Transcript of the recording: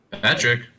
Patrick